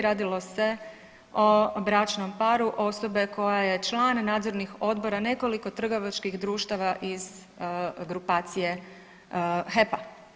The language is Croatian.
Radilo se o bračnom paru osobe koja je član nadzornih odbora nekoliko trgovačkih društava iz grupacije HEP-a.